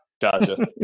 Gotcha